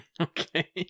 Okay